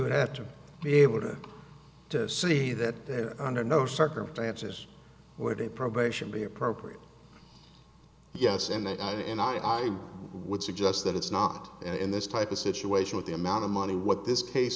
would have to be able to see that they're under no circumstances where the probation be appropriate yes and i mean i would suggest that it's not in this type of situation with the amount of money what this case